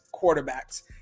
quarterbacks